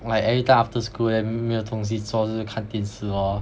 like every time after school then 没有东西做是看电视 lor